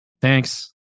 Thanks